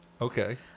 Okay